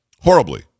Horribly